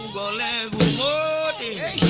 la la la da